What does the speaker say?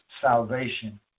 salvation